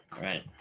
right